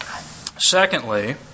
Secondly